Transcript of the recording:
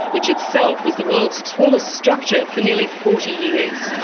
which itself was the world's tallest structure for nearly forty years.